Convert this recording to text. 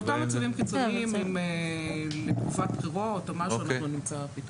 לאותם מצבים קיצוניים לתקופת בחירות או משהו אנחנו נמצא פתרון.